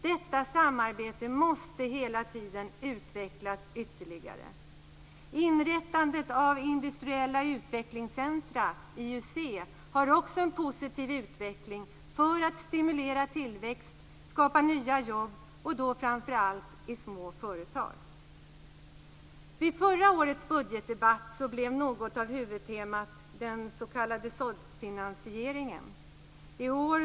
Detta samarbete måste hela tiden utvecklas ytterligare. Inrättandet av industriella utvecklingscentrum, IUC, har också en positiv inverkan för att stimulera tillväxt och skapa nya jobb i framför allt små företag. Vid förra årets budgetdebatt blev den s.k. såddfinansieringen något av huvudtemat.